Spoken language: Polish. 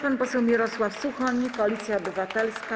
Pan poseł Mirosław Suchoń, Koalicja Obywatelska.